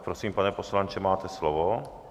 Prosím, pane poslanče, máte slovo.